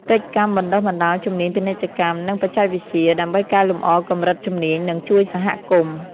កិច្ចកម្មបណ្តុះបណ្តាលជំនាញពាណិជ្ជកម្ម និងបច្ចេកវិទ្យា ដើម្បីកែលម្អកម្រិតជំនាញនិងជួយសហគមន៍។